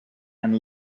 and